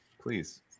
please